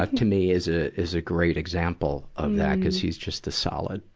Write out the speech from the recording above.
ah to me, is a, is a great example of that, cuz he's just a solid,